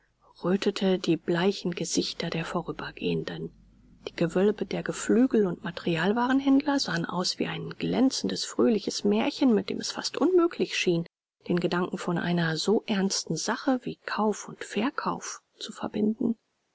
rötete die bleichen gesichter der vorübergehenden die gewölbe der geflügel und materialwarenhändler sahen aus wie ein glänzendes fröhliches märchen mit dem es fast unmöglich schien den gedanken von einer so ernsten sache wie kauf und verkauf zu verbinden